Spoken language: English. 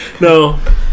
No